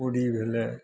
पूड़ी भेलै